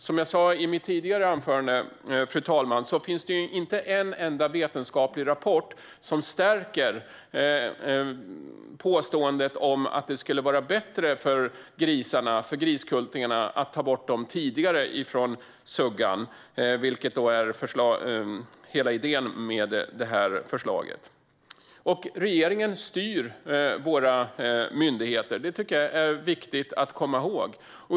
Som jag sa i mitt tidigare anförande, fru talman, finns det inte en enda vetenskaplig rapport som stärker påståendet att det skulle vara bättre för griskultingarna att tas bort tidigare från suggan, vilket är hela idén med förslaget. Regeringen styr våra myndigheter - detta tycker jag är viktigt att komma ihåg.